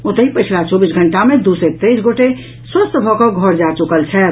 ओतहि पछिला चौबीस घंटा मे दू सय तेईस गोटे स्वस्थ भऽ कऽ घर जा चुकल छथि